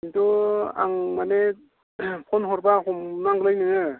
खिन्थु आं माने फन हरब्ला हमनांगोनलै नोङो